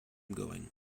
going